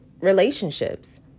relationships